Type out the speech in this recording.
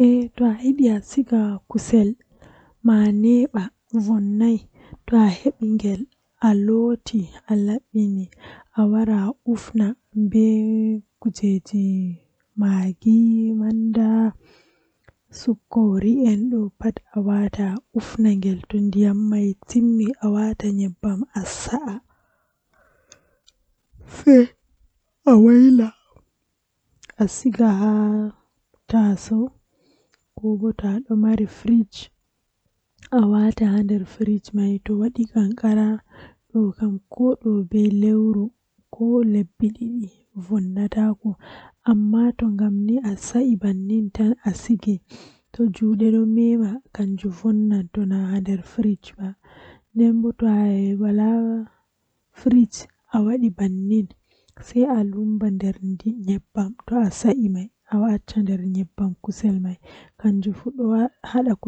Eh asomnan flawa ma asammina ndiyam dow flawa alanya dum alanyadum seito dum moddi tekki sei amabba dum haa nder fande malla hunde feere jei wulnata a acca dum jei wakkati sedda to wuli ni uppan be hore mum jam ajippina dum